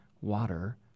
water